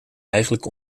eigenlijk